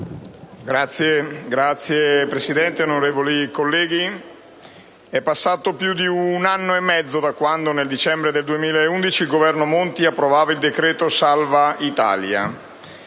Signor Presidente, onorevoli colleghi, è passato più di un anno e mezzo da quando nel dicembre 2011 il Governo Monti approvava il "decreto salva Italia".